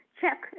check